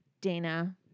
Dana